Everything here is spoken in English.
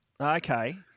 Okay